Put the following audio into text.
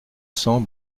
cent